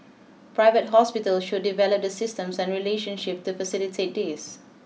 private hospitals should develop the systems and relationships to facilitate this